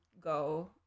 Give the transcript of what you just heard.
go